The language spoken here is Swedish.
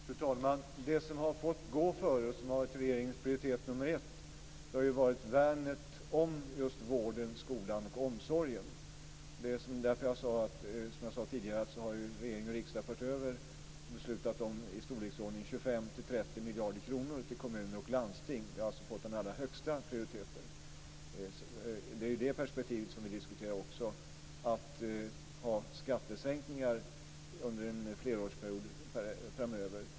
Fru talman! Det som har fått gå före, som har varit regeringens prioritet nummer ett, är just värnandet om just vården, skolan och omsorgen. Som jag sade tidigare har ju regering och riksdag beslutat att föra över i storleksordningen 25-30 miljarder kronor till kommuner och landsting. Det har alltså fått den allra högsta prioriteten. Det är också ur det perspektivet som vi diskuterar att genomföra skattesänkningar under en flerårsperiod framöver.